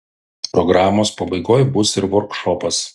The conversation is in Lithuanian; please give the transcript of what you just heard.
programos pabaigoj bus ir vorkšopas